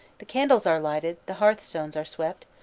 the candles are lighted, the hearthstones are swept,